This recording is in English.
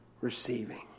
receiving